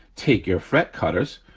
take your fret cutters,